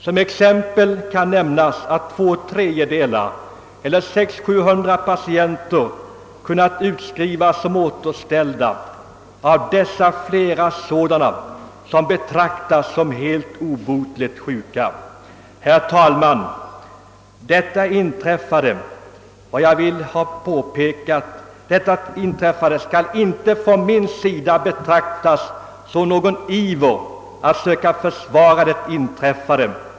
Som exempel kan nämnas att två tredjedelar eller 600—700 av sjukhusets patienter kunnat utskrivas som återställda, av dessa flera vilka betraktats såsom obotligt sjuka. Herr talman! Detta skall inte betraktas som någon iver från min sida att söka försvara det inträffade.